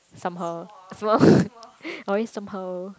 somehow small always somehow